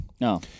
No